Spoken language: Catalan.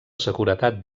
seguretat